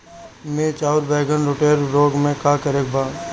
मिर्च आउर बैगन रुटबोरर रोग में का करे के बा?